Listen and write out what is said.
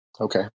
Okay